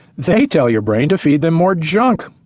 they tell your brain to feed them more junk.